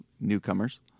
newcomers